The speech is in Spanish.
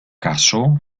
casó